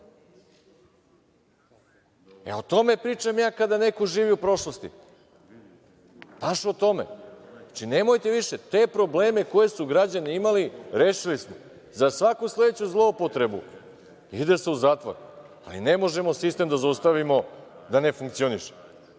tome pričam, ja kada neko živi u prošlosti, baš o tome. Znači, nemojte više, te probleme koji su građani imali rešili smo. Za svaku sledeću zloupotrebu ide se u zatvor. Ali, ne možemo sistem da zaustavimo da ne funkcioniše.